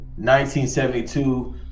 1972